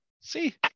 See